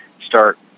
start –